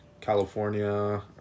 California